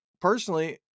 personally